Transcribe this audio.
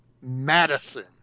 Madison